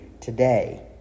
today